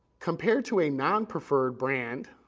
compared to a non-preferred brand